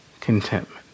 contentment